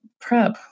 prep